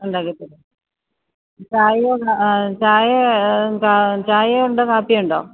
ഉണ്ടാക്കി തരും ചായ ചായയും ഉണ്ടോ കാപ്പിയുണ്ടോ